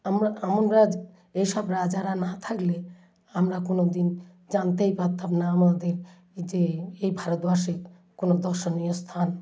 আমরা যে এসব রাজারা না থাকলে আমরা কোনোদিন জানতেই পারতাম না আমাদের যে এই ভারতবর্ষে কোনো দর্শনীয় স্থান